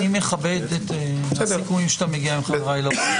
אני מכבד את הסיכומים שאתה מגיע אליהם עם חבריי לקבוצה.